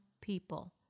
people